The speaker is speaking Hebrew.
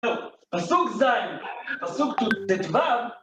פסוק ז', פסוק טו'.